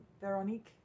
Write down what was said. Veronique